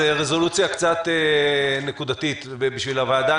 זה רזולוציה קצת נקודתית בשביל הוועדה.